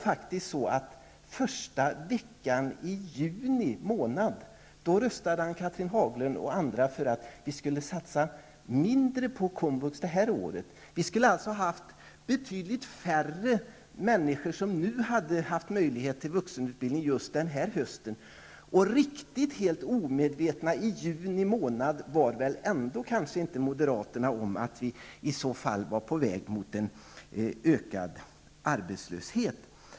Första veckan i juni månad röstade faktiskt Ann-Cathrine Haglund och andra för att vi skulle satsa mindre på komvux det här året. Betydligt färre människor skulle alltså ha haft möjlighet till vuxenutbildning just den här hösten. Helt omedvetna var väl ändå inte moderaterna i juni månad om att vi var på väg mot en ökad arbetslöshet.